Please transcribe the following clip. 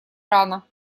рано